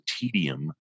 tedium